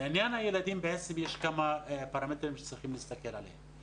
לעניין הילדים יש כמה פרמטרים שצריך להסתכל עליהם.